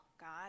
God